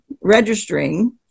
registering